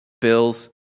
bills